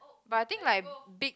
but I think like big